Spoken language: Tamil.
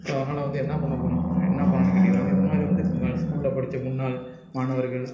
ஸோ அதனால் வந்து என்ன பண்ண போகிறோம் என்ன பண்ணனும் கேட்டீங்கன்னா இதுமாதிரி வந்து ஸ்கூல்ல படித்த முன்னாள் மாணவர்கள்